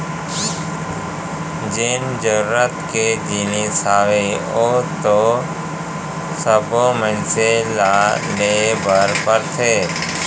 जेन जरुरत के जिनिस हावय ओ तो सब्बे मनसे ल ले बर परथे